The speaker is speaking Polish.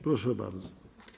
Proszę bardzo.